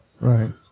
Right